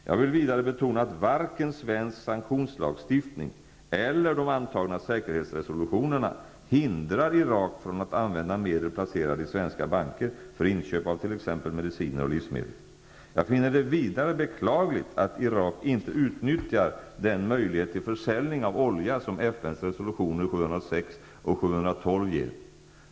Jag vill vidare betona att varken svensk sanktionslagstiftning eller de antagna säkerhetsrådsresolutionerna hindrar Irak från att använda medel placerade i svenska banker för inköp av t.ex. mediciner och livsmedel. Jag finner det vidare beklagligt att Irak inte utnyttjar den möjlighet till försäljning av olja som FN:s resolutioner 706 och 712 ger.